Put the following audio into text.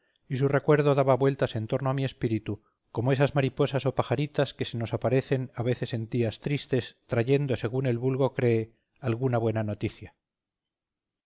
y su recuerdo daba vueltas en torno a mi espíritu como esas mariposas o pajaritas que se nos aparecen a veces en días tristes trayendo según el vulgo cree alguna buena noticia